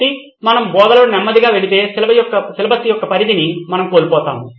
కాబట్టి మనం బోధనలో నెమ్మదిగా వెళితే సిలబస్ యొక్క పరిధిని మనం కోల్పోతాము